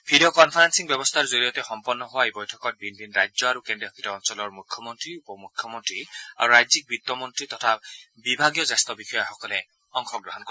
video conferencing ব্যৱস্থাৰ জৰিয়তে সম্পন্ন হোৱা এই বৈঠকত ভিন ভিন ৰাজ্য আৰু কেন্দ্ৰীয়শাসিত অঞ্চলৰ মুখ্যমন্ত্ৰী উপ মুখ্যমন্ত্ৰী ৰাজ্যিক বিত্তমন্ত্ৰী আৰু বিভাগীয় জ্যেষ্ঠ বিষয়াসকলে অংশগ্ৰহণ কৰে